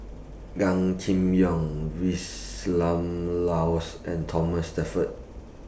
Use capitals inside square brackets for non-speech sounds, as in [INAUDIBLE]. Gan Kim Yong [UNINTELLIGIBLE] Laus and Thomas Shelford